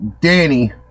Danny